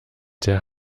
der